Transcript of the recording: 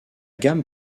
gamme